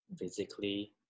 physically